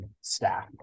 staff